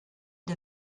der